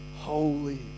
holy